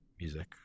music